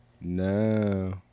No